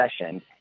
session